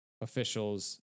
officials